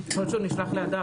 הוא נשלח מאוחר.